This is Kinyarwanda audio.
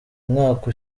mwaka